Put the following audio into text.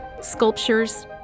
sculptures